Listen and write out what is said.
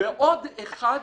ועוד אחד,